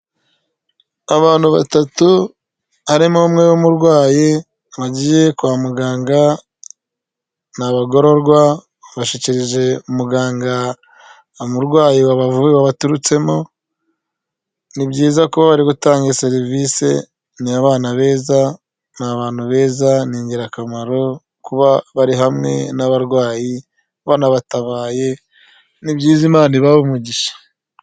Abantu batatu harimo umwe w'umurwayi bagiye kwa muganga, ni abagororwa bashyikirije muganga umurwayi waturutsemo, ni byiza ko bari gutanga serivisi, ni abana beza ni, abantu beza, ni ingirakamaro kuba bari hamwe n'abarwayi banabatabaye, ni byiza Imana ibahe umugisha.